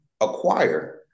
acquire